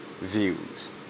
views